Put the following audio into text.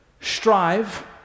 strive